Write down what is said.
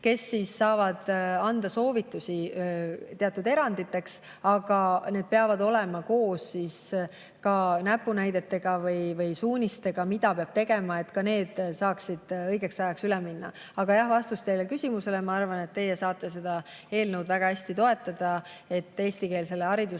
kes saavad anda soovitusi teatud eranditeks, aga need peavad olema koos näpunäidete või suunistega, mida peab tegema, et ka need saaksid õigeks ajaks üle minna. Aga jah, vastus teie küsimusele: ma arvan, et teie saate seda eelnõu väga hästi toetada, et eestikeelsele haridusele